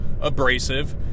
abrasive